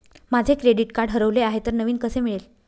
माझे credit card हरवले आहे तर नवीन कसे मिळेल?